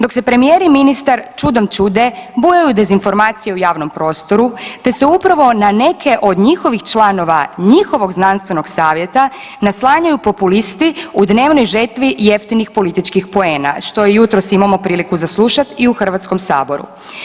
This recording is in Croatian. Dok se premijer i ministar čudom čude bujaju dezinformacije u javnom prostoru te se upravo na neke od njihovih članova njihovog znanstvenog savjeta naslanjaju populisti u dnevnoj žetvi jeftinih političkih poena što jutro imamo priliku za slušat i u Hrvatskom saboru.